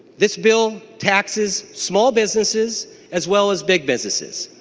this bill taxes small businesses as well as big businesses.